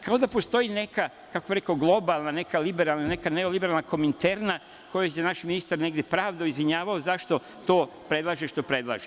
Kao da postoji neka, kako bih rekao, globalna, neka liberalna, neka neoliberalna kominterna kojom se naš ministar negde pravdao, izvinjavao zašto to predlaže što predlaže.